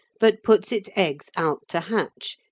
but puts its eggs out to hatch,